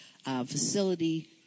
facility